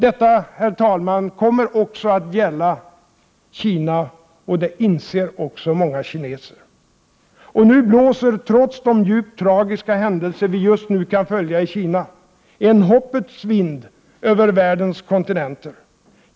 Detta, herr talman, kommer även att gälla Kina, och det inser också många kineser. Nu blåser, trots de djupt tragiska händelser vi just nu kan följa i Kina, en hoppets vind över världens kontinenter.